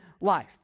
life